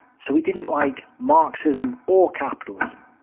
so he didn't like marxism or capitalism,